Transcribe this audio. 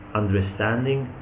understanding